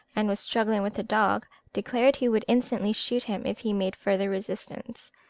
and was struggling with the dog, declared he would instantly shoot him if he made further resistance.